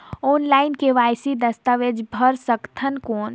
Online KYC दस्तावेज भर सकथन कौन?